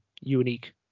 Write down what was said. unique